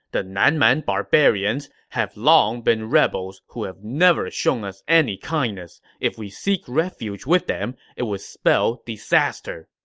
the nanman barbarians have long been rebels who have never shown us any kindness. if we seek refuge with them, it would spell disaster.